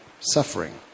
suffering